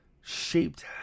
shaped